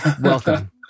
Welcome